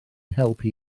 helpu